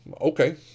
Okay